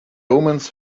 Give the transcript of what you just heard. omens